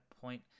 point